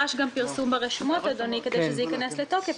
נדרש גם פרסום ברשומות כדי שזה ייכנס לתוקף.